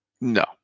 No